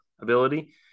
ability